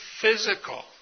physical